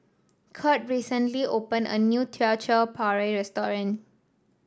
Curt recently opened a new Teochew Porridge restaurant